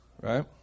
right